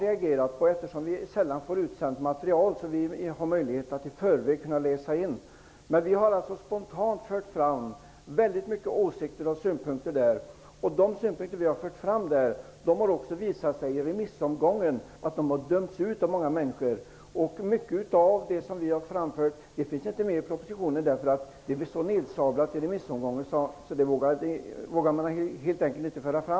Eftersom vi sällan får materialet utsänt så att vi har möjlighet att läsa in det i förväg, har vi fått reagera spontant. Men vi har fört fram många åsikter i gruppen. I remissomgången har det också visat sig att våra synpunkter har delats av många människor; man har dömt ut förslagen. Mycket av det som vi har påtalat finns inte med i propositionen, eftersom förslagen blev så nedsablade i remissomgången. Man vågade helt enkelt inte ta med det.